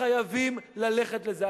חייבים ללכת לזה.